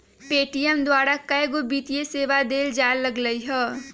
Paytm द्वारा कएगो वित्तीय सेवा देल जाय लगलई ह